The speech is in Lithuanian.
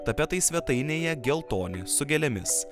tapetai svetainėje geltoni su gėlėmis